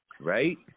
Right